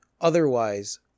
Otherwise